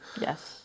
Yes